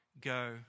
Go